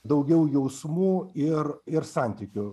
daugiau jausmų ir ir santykių